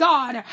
God